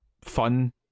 fun